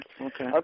Okay